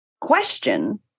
question